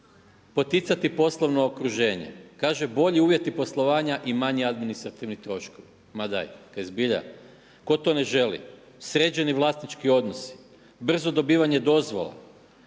Poticati poslovno okruženje, kaže bolji uvjeti poslovanja i manji administrativni troškovi. Ma daj, kaj zbilja? Tko to ne želi. Sređeni vlasnički odnosi, brzo dobivanje dozvola,